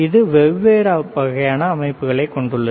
இது வெவ்வேறு வகையான அமைப்புகளைக் கொண்டுள்ளது